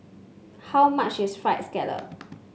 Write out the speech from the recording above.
how much is fried scallop